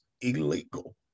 illegal